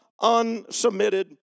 unsubmitted